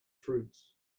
fruits